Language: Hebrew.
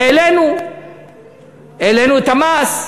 העלינו את המס,